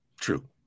True